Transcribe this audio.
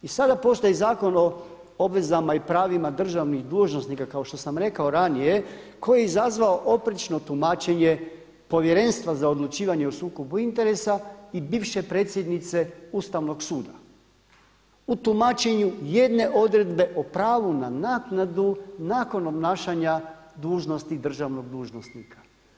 I sada postoji Zakon o obvezama i pravima državnih dužnosnika kao što sam rekao ranije koji je izazvao oprečno tumačenje Povjerenstva za odlučivanje o sukobu interesa i bivše predsjednice Ustavnog suda u tumačenju jedne odredbe o pravu na naknadu nakon obnašanja dužnosti državnog dužnosnika.